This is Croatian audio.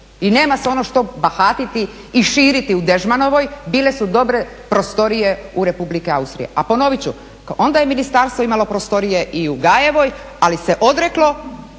i nema se ono što bahatiti i širiti u Dežmanovoj, bile su dobre prostorije u Republike Austrije. A ponovit ću, onda je ministarstvo imalo prostorije i u Gajevoj, ali se odreklo